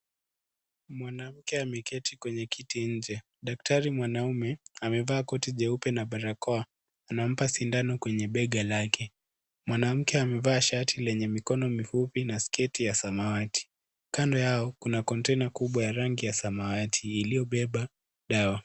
Mwanamke ameketi kwenye kiti inje. Daktari mwanaume, amevaa koti jeupe na balakoa. Anampa shindano kwenye bega lake. Mwanamke amevaa shati lenye mikono mifupi na sketi ya samawati. Kando yao, kuna container kubwa ya rangi ya samawati, iliyobeba dawa.